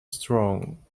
strong